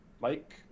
Mike